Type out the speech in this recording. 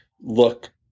look